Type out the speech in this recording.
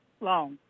long